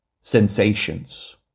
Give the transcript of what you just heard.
sensations